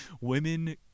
women